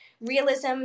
realism